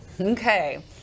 Okay